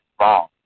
wrong